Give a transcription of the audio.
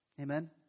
Amen